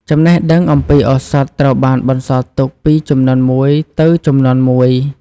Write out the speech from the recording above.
ចំណេះដឹងអំពីឱសថត្រូវបានបន្សល់ទុកពីជំនាន់មួយទៅជំនាន់មួយ។